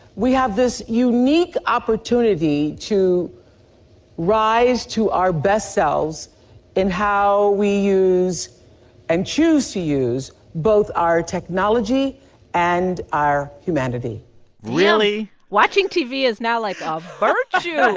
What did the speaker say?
we have this unique opportunity to rise to our best selves in how we use and choose to use both our technology and our humanity really? watching tv is now, like, a virtue. and